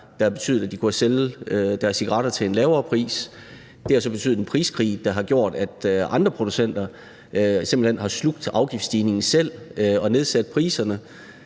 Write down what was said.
det har betydet, at de kunne sælge deres cigaretter til en lavere pris. Det har så betydet en priskrig, der har gjort, at andre producenter simpelt hen har slugt afgiftsstigningen selv og nedsat priserne